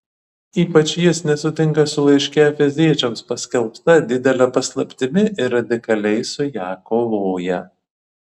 ypač jis nesutinka su laiške efeziečiams paskelbta didele paslaptimi ir radikaliai su ja kovoja